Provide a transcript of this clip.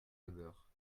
labeur